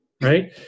right